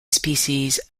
species